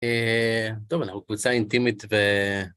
טוב, אנחנו קבוצה אינטימית ו...